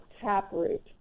taproot